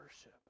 worship